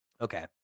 Okay